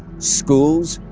schools,